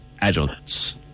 adults